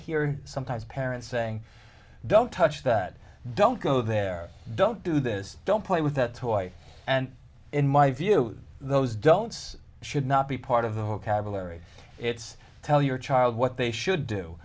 hear sometimes parents saying don't touch that don't go there don't do this don't play with that toy and in my view those don'ts should not be part of the whole cavaleri it's tell your child what they should do